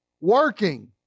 working